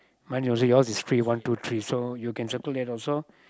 mine also yours is free one two three so you can settle it also